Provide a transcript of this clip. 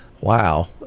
wow